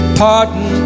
pardon